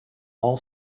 all